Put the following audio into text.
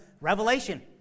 revelation